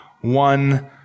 one